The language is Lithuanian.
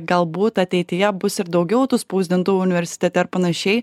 galbūt ateityje bus ir daugiau tų spausdintuvų universitete ar panašiai